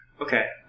okay